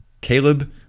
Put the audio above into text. Caleb